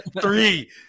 three